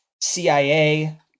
CIA